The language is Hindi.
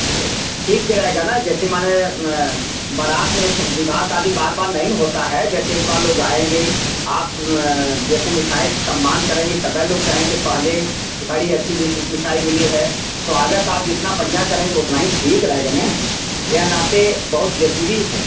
वो ठीक भी रहेगा न जैसे माने बारात में विवाह शादी बार बार नहीं होता है जैसे एक बार लोग आएँगे आप जैसे मिठाई से सम्मान करेंगे तबै लोग कहेंगे पहले कि बड़ी अच्छी मिठाई मिली है स्वागत आप जितना बढ़िया करेंगी उतना ही ठीक रहेगा न या नाते बहुत जरूरी है